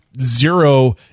zero